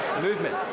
movement